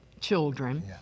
children